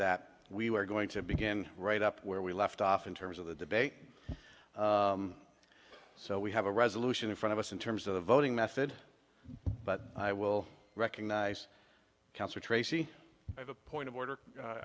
that we were going to begin right up where we left off in terms of the debate so we have a resolution in front of us in terms of the voting method but i will recognize cancer tracy have a point of order